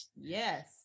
Yes